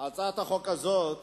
הצעת החוק הזאת